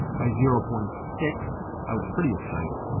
by zero point six i was pretty excited.